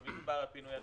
לא מדובר על פינוי עסקים,